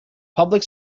public